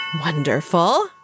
Wonderful